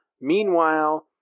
Meanwhile